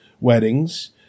weddings